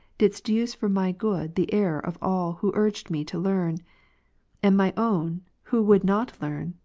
didst use for my good the error of all who urged me to learn and my own, who would not learn,